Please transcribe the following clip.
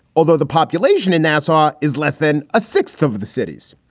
although the population in nassau is less than a sixth of the cities.